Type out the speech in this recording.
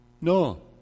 No